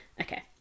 Okay